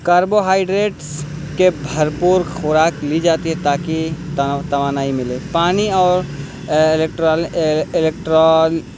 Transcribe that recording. carbohydrates کے بھرپور خوراک لی جاتی ہے تاکہ توانائی ملے پانی اور الیکٹرال الیکٹرال